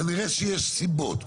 כנראה שיש סיבות.